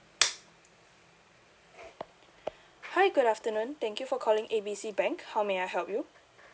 hi good afternoon thank you for calling A B C bank how may I help you